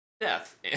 Death